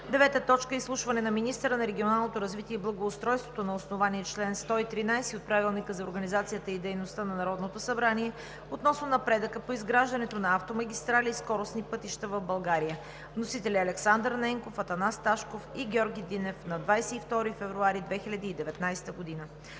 2019 г. 9. Изслушване на министъра на регионалното развитие и благоустройството на основание чл. 113 от Правилника за организацията и дейността на Народното събрание относно напредъка по изграждането на автомагистрали и скоростни пътища в България. Вносители са народните представители Александър Ненков, Атанас Ташков и Георги Динев на 22 февруари 2019 г.